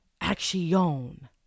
Action